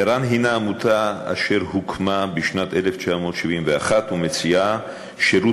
ער"ן הנה עמותה אשר הוקמה בשנת 1971 ומציעה שירות